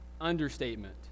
understatement